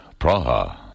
Praha